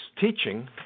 teaching